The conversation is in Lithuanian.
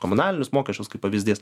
komunalinius mokesčius kaip pavyzdys